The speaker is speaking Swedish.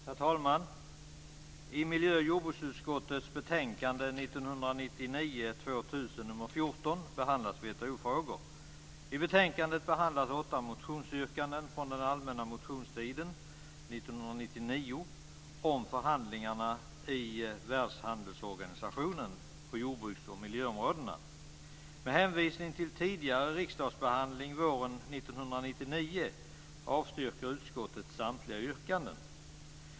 Herr talman! I miljö och jordbruksutskottets betänkande 1999/2000 nr 14 behandlas WTO-frågor. I Världshandelsorganisationen på jordbruks och miljöområdena. Med hänvisning till tidigare riksdagsbehandling våren 1999 avstyrker utskottet samtliga yrkanden.